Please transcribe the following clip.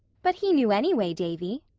but he knew anyway, davy.